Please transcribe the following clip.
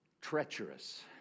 Treacherous